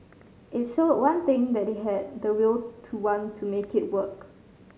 it showed one thing that they had the will to want to make it work